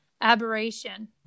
aberration